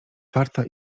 warta